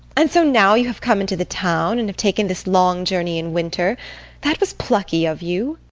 and so now you have come into the town, and have taken this long journey in winter that was plucky of you.